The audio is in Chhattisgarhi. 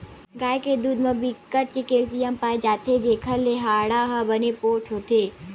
गाय के दूद म बिकट के केल्सियम पाए जाथे जेखर ले हाड़ा ह बने पोठ होथे